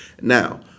Now